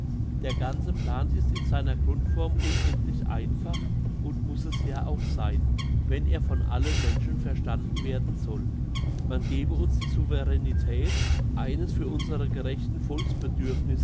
der ganze plan ist in seiner grundform unendlich einfach und muss es ja auch sein wenn er von allen menschen verstanden werden soll man gebe uns die souveränetät eines für unsere gerechten